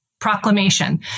proclamation